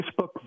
Facebook